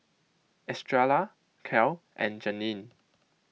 Estrella Cal and Janene